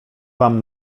wam